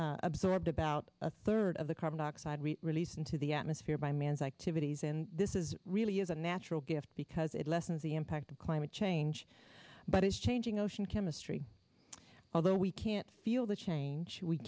already absorbed about a third of the carbon dioxide we release into the atmosphere by man's activities and this is really is a natural gift because it lessens the impact of climate change but it's changing ocean chemistry although we can't feel the change we